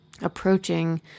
approaching